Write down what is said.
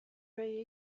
very